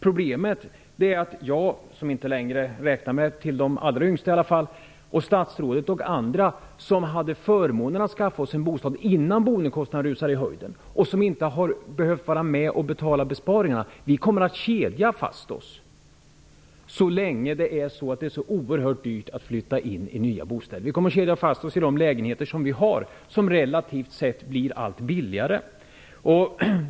Problemet är att jag, som inte längre räknar mig till de allra yngsta, statsrådet och andra -- som hade förmånen att skaffa oss en bostad innan boendekostnaderna rusade i väg i höjden, och som inte har behövt vara med att betala besparingarna -- kommer att kedja fast oss så länge det är så oerhört dyrt att flytta in i nya bostäder. Vi kommer att kedja fast oss i de lägenheter som vi har, vilka relativt sett blir allt billigare.